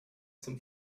zum